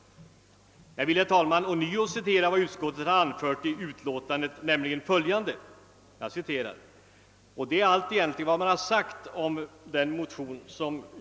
Jag vill, herr talman, citera vad utskottet framhållit i utlåtandet — det är för övrigt allt vad man har sagt om den motion som jag har väckt tillsammans med några medmotionärer.